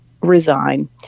resign